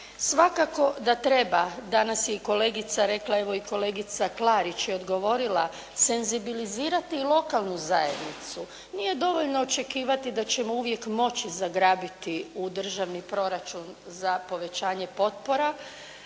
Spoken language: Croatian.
Svakako da treba, danas je i kolegica rekla, evo i kolegica Klarić je odgovorila senzibilizirati lokalnu zajednicu. Nije dovoljno očekivati da ćemo uvijek moći zagrabiti u državni proračun za povećanje potpora